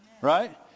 right